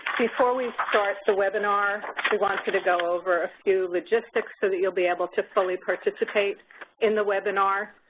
before we start the webinar we wanted to to go over a few logistics so that you'll be able to fully participate in the webinar.